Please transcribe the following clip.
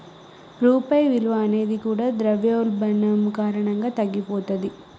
రూపాయి విలువ అనేది కూడా ద్రవ్యోల్బణం కారణంగా తగ్గిపోతది